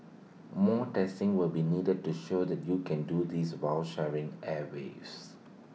more testing will be needed to show that you can do this while sharing airwaves